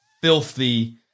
filthy